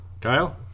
Kyle